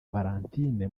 valentine